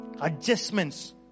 adjustments